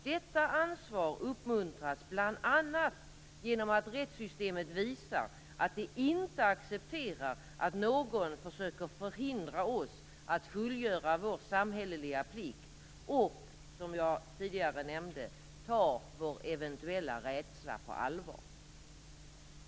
Detta ansvar uppmuntras bl.a. genom att rättssystemet visar att det inte accepterar att någon försöker förhindra oss att fullgöra vår samhälleliga plikt och, som jag tidigare nämnde, tar vår eventuella rädsla på allvar.